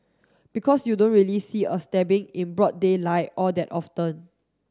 because you don't really see a stabbing in broad daylight all that often